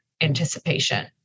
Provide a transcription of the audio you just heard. anticipation